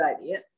idea